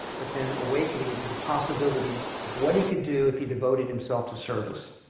but then awakening to the possibilities of what he could do if he devoted himself to service.